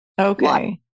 Okay